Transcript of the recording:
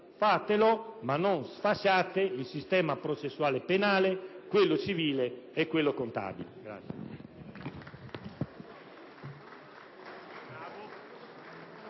Fatelo, ma non sfasciate il sistema processuale penale, quello civile e quello contabile.